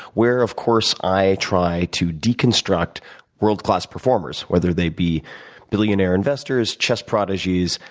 where of course, i try to deconstruct world class performers, whether they be billionaire investors, chess prodigies,